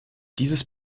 dieses